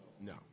No